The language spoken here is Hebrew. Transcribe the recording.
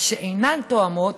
שאינן תואמות